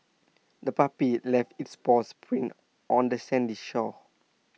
the puppy left its paws prints on the sandy shore